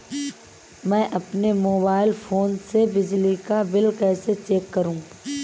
मैं अपने mobile phone से बिजली का बिल कैसे चेक करूं?